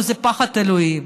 זה פחד אלוהים.